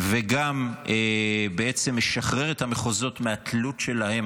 וגם בעצם משחרר את המחוזות מהתלות שלהם,